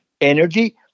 energy